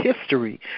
history